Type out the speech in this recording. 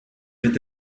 mit